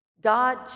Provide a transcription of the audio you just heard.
God